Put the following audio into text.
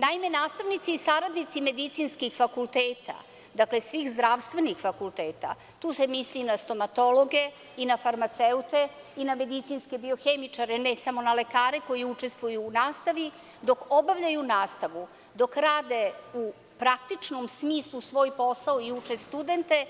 Naime, nastavnici i saradnici medicinskih fakulteta, dakle, svih zdravstvenih fakulteta, tu se misli na stomatologe i na farmaceute i na medicinske biohemičare, ne samo na lekare koji učestvuju u nastavi, dok obavljaju nastavu, dok rade u praktičnom smislu svoj posao i uče studente